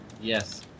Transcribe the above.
yes